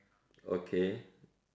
okay